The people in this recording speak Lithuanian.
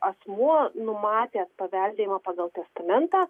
asmuo numatęs paveldėjimą pagal testamentą